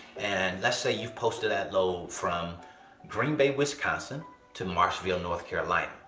and let's say you've posted that load from green bay, wisconsin to marshville, north carolina.